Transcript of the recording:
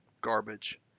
garbage